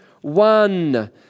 one